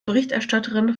berichterstatterin